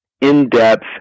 in-depth